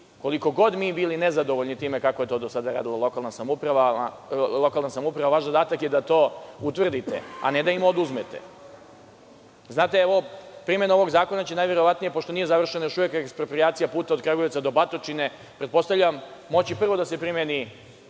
Koliko god mi bili nezadovoljni time kako je to do sad radila lokalna samouprava, vaš zadatak je da to utvrdite, a ne da im oduzmete. Primena ovog zakona će najverovatnije, pošto nije završena još uvek eksproprijacija puta od Kragujevca do Batočine, pretpostavljam, moći prvo da se primeni